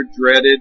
dreaded